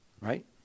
right